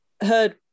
heard